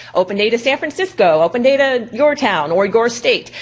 open data san francisco, open data your town or your state,